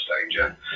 danger